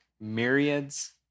Myriads